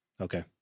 Okay